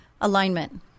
Alignment